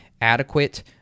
adequate